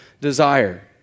desire